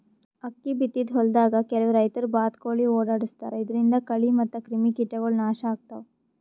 ಅಕ್ಕಿ ಬಿತ್ತಿದ್ ಹೊಲ್ದಾಗ್ ಕೆಲವ್ ರೈತರ್ ಬಾತ್ಕೋಳಿ ಓಡಾಡಸ್ತಾರ್ ಇದರಿಂದ ಕಳಿ ಮತ್ತ್ ಕ್ರಿಮಿಕೀಟಗೊಳ್ ನಾಶ್ ಆಗ್ತಾವ್